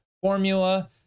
formula